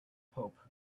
pope